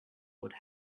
would